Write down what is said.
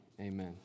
amen